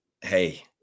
Hey